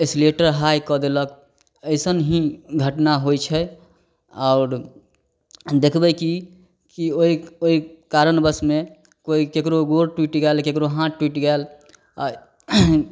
accelerator high कऽ देलक अइसन ही घटना होइ छै आओर देखबै कि कि ओहि ओहि कारणवशमे ककरो गोड़ टुटि गेल ककरो हाथ टुटि गेल आओर